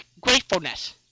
gratefulness